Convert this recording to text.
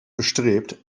bestrebt